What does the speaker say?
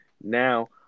Now